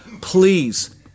Please